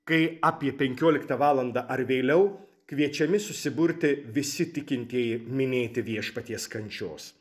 kai apie penkioliktą valandą ar vėliau kviečiami susiburti visi tikintieji minėti viešpaties kančios